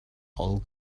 ogilvy